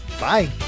bye